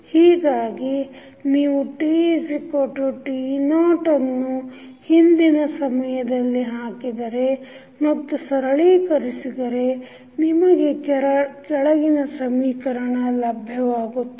ಹೀಗಾಗಿ ನೀವು tt0ಯನ್ನು ಹಿಂದಿನ ಸಮೀಕರಣದಲ್ಲಿ ಹಾಕಿದರೆ ಮತ್ತು ಸರಳೀಕರಿಸಿದರೆ ನಿಮಗೆ ಕೆಳಗಿನ ಸಮೀಕರಣ ಲಭ್ಯವಾಗುತ್ತದೆ